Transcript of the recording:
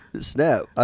Snap